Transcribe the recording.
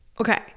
Okay